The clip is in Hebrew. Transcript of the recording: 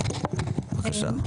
בבקשה.